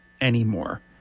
anymore